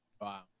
Wow